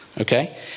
Okay